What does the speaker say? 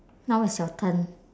now it's your turn